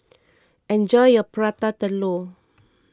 enjoy your Prata Telur